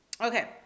Okay